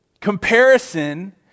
Comparison